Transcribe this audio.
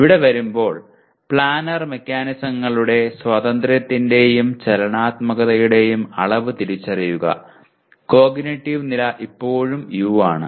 ഇവിടെ വരുമ്പോൾ പ്ലാനർ മെക്കാനിസങ്ങളുടെ സ്വാതന്ത്ര്യത്തിന്റെയും ചലനാത്മകതയുടെയും അളവ് തിരിച്ചറിയുക കോഗ്നിറ്റീവ് നില ഇപ്പോഴും U ആണ്